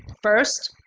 first,